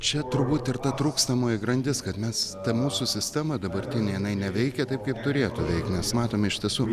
čia turbūt ir ta trūkstamoji grandis kad mes tą mūsų sistemą dabartinė jinai neveikia taip kaip turėtų veikt nes matome iš tiesų